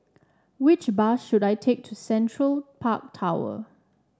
which bus should I take to Central Park Tower